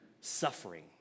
suffering